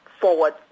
forward